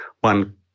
one